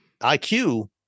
IQ